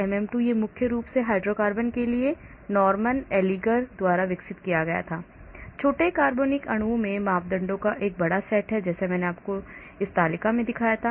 MM2 यह मुख्य रूप से हाइड्रोकार्बन के लिए Norman Allinger द्वारा विकसित किया गया है छोटे कार्बनिक अणुओं में मापदंडों का एक बड़ा सेट है जैसे मैंने आपको उस तालिका में दिखाया था